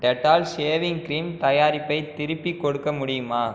Dettol shaving cream தயாரிப்பை திருப்பிக் கொடுக்க முடியுமா